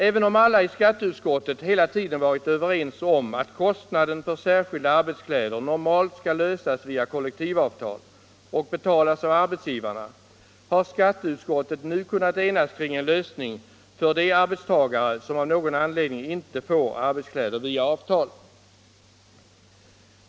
Även om alla i skatteutskottet hela tiden varit överens om att frågan om särskilda arbetskläder normalt skall lösas via kollektivavtal och att kostnaden skall betalas av arbetsgivarna, har skatteutskottet nu kunnat enas kring en lösning för de arbetstagare som av någon anledning inte får arbetskläder via avtal.